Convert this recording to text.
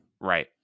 right